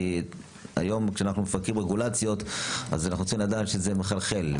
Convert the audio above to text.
כי היום כשאנחנו מפרקים רגולציות אז אנחנו רוצים לדעת שזה מחלחל.